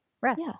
rest